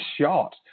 shot